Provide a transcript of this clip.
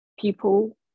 people